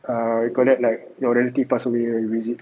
err how you call that err your relative pass away you visit